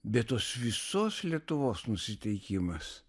bet tos visos lietuvos nusiteikimas